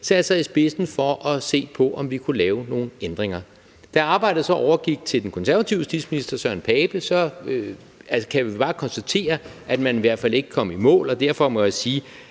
satte sig i spidsen for at se på, om vi kunne lave nogle ændringer. Da arbejdet så overgik til den konservative justitsminister Søren Pape Poulsen, kan vi bare konstatere, at man i hvert fald ikke kom i mål. Derfor må jeg sige,